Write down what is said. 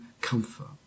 comfort